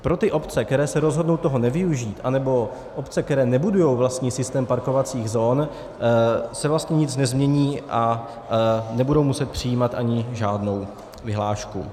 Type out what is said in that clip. Pro ty obce, které se rozhodnou toho nevyužít, nebo obce, které nebudují vlastní systém parkovacích zón, se vlastně nic nezmění a nebudou muset přijímat ani žádnou vyhlášku.